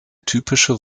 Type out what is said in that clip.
typische